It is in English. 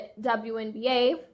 WNBA